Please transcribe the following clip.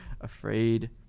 afraid